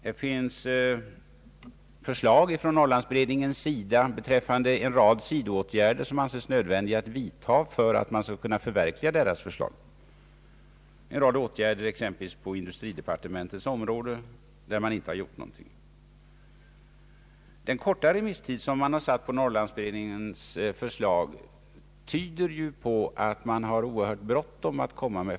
Det finns förslag från Norrlandsberedningen om en rad sidoåtgärder, som det anses nödvändigt att vidta för att man skall kunna förverkliga dess förslag; det är en rad åtgärder exempelvis inom industridepartementets område, men där har ännu ingenting gjorts. Den korta remisstid man satt på Norrlandsberedningens förslag tyder på att man har oerhört bråttom.